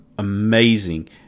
amazing